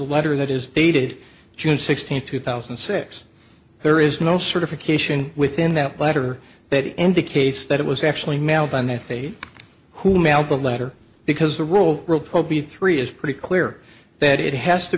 a letter that is dated june sixteenth two thousand and six there is no certification within that letter that indicates that it was actually mailed on their fate who mailed the letter because the rule of three is pretty clear that it has to